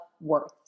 worth